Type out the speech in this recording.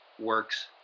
works